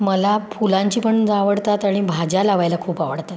मला फुलांची पण ज आवडतात आणि भाज्या लावायला खूप आवडतात